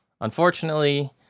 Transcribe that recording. unfortunately